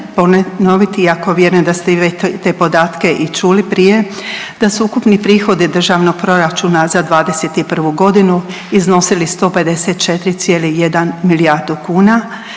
ponoviti iako vjerujem da ste vi te podatke čuli i prije da su ukupni prihodi Državnog proračuna za '21. godinu iznosili 154,1 milijardu kuna.